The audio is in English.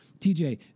TJ